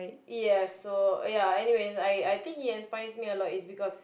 yes so ya anyways I I think he aspires me a lot is because